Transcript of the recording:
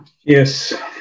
Yes